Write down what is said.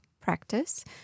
practice